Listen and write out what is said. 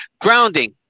Grounding